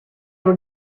were